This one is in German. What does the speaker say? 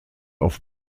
auf